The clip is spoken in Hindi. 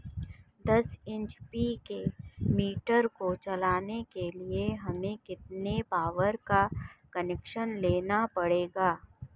दस एच.पी की मोटर को चलाने के लिए हमें कितने पावर का कनेक्शन लेना पड़ेगा?